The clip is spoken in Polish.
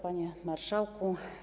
Panie Marszałku!